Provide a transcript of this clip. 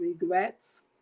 regrets